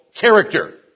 character